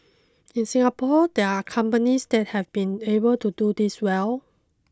in Singapore there are companies that have been able to do this well